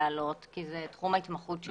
(ה)על אף האמור בתקנת משנה (ג)